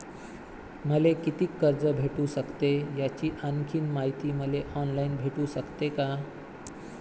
मले कितीक कर्ज भेटू सकते, याची आणखीन मायती मले ऑनलाईन भेटू सकते का?